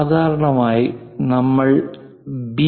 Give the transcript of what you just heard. സാധാരണയായി നമ്മൾ ബി